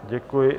Děkuji.